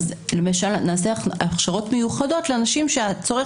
למשל נעשה הכשרות מיוחדות לאנשים שהצורך